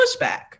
pushback